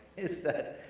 is that,